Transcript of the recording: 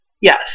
Yes